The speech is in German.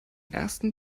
ersten